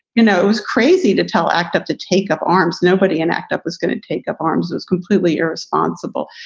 you know, it was crazy to tell act up, to take up arms. nobody and act up was going to take up arms is completely irresponsible.